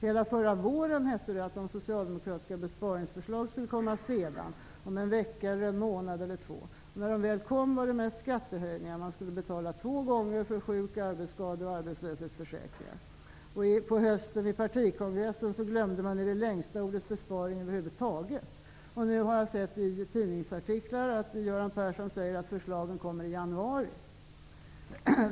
Hela förra våren hette det att de socialdemokratiska besparingsförslagen skulle komma sedan, om en vecka, en månad eller två. När de väl kom var det mest skattehöjningar. Man skulle betala två gånger för sjuk-, arbetsskade och arbetslöshetsförsäkringarna. På hösten vid partikongressen glömde man i det längsta ordet besparing över huvud taget. Nu har jag sett i tidningsartiklar att Göran Persson säger att förslagen kommer i januari.